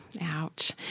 Ouch